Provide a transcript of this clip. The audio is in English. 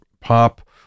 pop